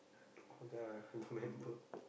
oh damn I I don't remember